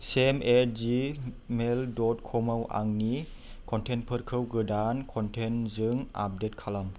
saint at Gmail dot com आव आंनि कन्टेन्टफोरखौ गोदान कन्टेन्टजों आपडेट खालाम